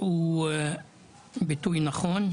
הוא ביטוי נכון,